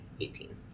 Eighteen